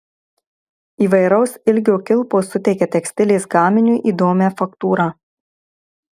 įvairaus ilgio kilpos suteikia tekstilės gaminiui įdomią faktūrą